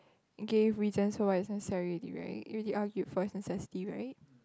gave reasons so what is necessary already right you already argued for it's necessity right